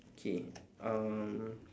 K um